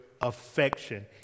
affection